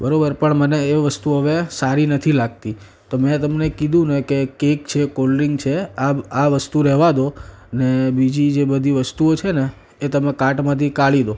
બરાબર પણ મને એ વસ્તુ હવે સારી નથી લાગતી તો મેં તમને કીધું ને કે કેક છે કોલ્ડ્રિંક છે આ બ આ વસ્તુ રહેવા દો અને બીજી જે બધી વસ્તુઓ છે ને એ તમે કાર્ટમાથી કાઢી દો